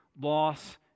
loss